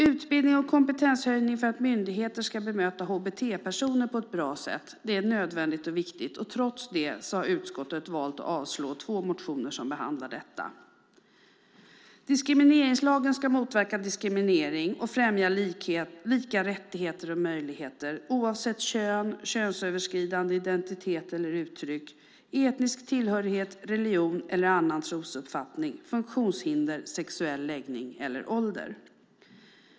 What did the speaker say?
Utbildning och kompetenshöjning för att myndigheter ska bemöta hbt-personer på ett bra sätt är nödvändigt och viktigt. Trots det har utskottet valt att avstyrka två motioner som behandlar dessa frågor. Diskrimineringslagen ska motverka diskriminering och främja lika rättigheter och möjligheter oavsett kön, könsöverskridande identitet eller uttryck, etnisk tillhörighet, religion eller annan trosuppfattning, funktionshinder, sexuell läggning eller ålder.